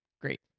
Great